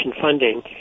funding